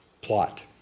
Plot